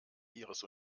ihres